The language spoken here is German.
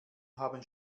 haben